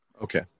okay